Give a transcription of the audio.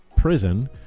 prison